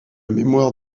mémoire